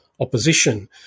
Opposition